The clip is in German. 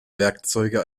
werkzeuge